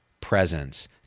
presence